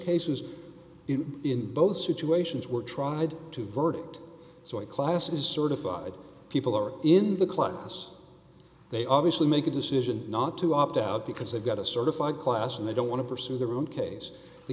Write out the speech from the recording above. cases in both situations were tried to verdict so it classes certified people who are in the class they obviously make a decision not to opt out because they've got a certified class and they don't want to pursue their own case the